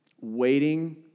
waiting